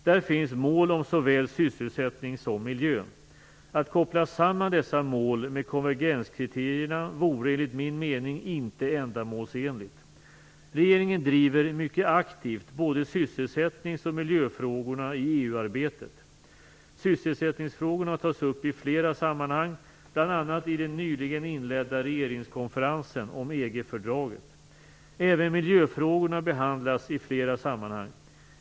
Där finns mål om såväl sysselsättning som miljö. Att koppla samman dessa mål med konvergenskriterierna vore enligt min mening inte ändamålsenligt. Regeringen driver mycket aktivt både sysselsättnings och miljöfrågorna i EU-arbetet. Sysselsättningsfrågorna tas upp i flera sammanhang, bl.a. i den nyligen inledda regeringskonferensen om EG-fördraget. Även miljöfrågorna behandlas i flera sammanhang.